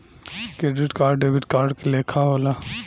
credit card debit card के लेखा होला